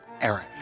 Eric